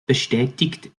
betätigt